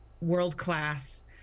world-class